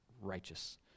righteous